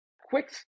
quick